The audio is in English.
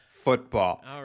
football